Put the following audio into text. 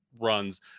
runs